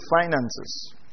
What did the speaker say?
finances